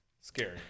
scary